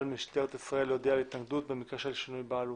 משטרת ישראל להודיע על התנגדות במקרה של שינוי בעלות.